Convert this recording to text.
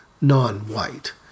non-white